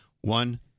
One